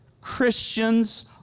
Christians